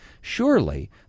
surely